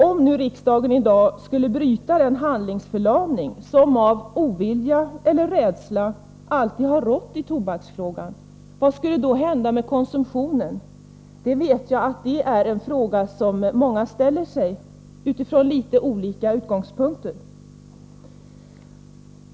Om nu riksdagen i dag skulle bryta den handlingsförlamning som av ovilja eller rädsla alltid har rått i tobaksfrågan, vad skulle då hända med konsumtionen? Det är en fråga som många ställer sig, utifrån olika utgångspunkter.